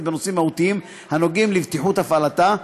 בנושאים מהותיים הנוגעים לבטיחות הפעלתה,